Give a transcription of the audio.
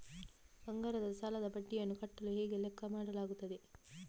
ಬಂಗಾರದ ಸಾಲದ ಬಡ್ಡಿಯನ್ನು ಕಟ್ಟಲು ಹೇಗೆ ಲೆಕ್ಕ ಮಾಡಲಾಗುತ್ತದೆ?